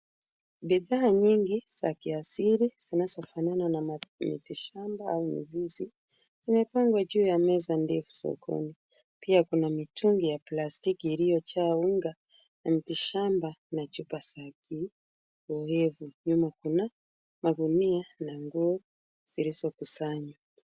Bidhaa nyingi za kiasili zinazofanana na miti shamba au mizizi imepangwa juu ya meza ndefu sokoni. Pia kuna mitungi ya plastiki iliyojaa unga na miti shamba na chupa za kioevu. Nyuma kuna magunia na nguo zilizokusanywa.